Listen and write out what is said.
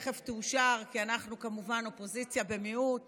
שתכף תאושר כי אנחנו כמובן אופוזיציה במיעוט